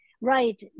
right